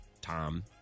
Tom